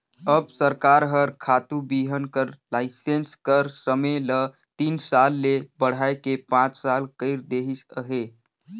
अब सरकार हर खातू बीहन कर लाइसेंस कर समे ल तीन साल ले बढ़ाए के पाँच साल कइर देहिस अहे